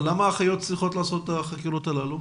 למה האחיות הללו צריכות לעשות את החקירות האלה?